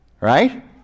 Right